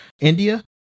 India